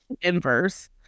inverse